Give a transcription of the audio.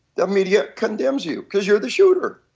the media condemns you because you are the shooter.